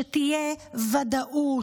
שתהיה ודאות.